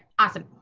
awesome.